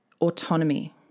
autonomy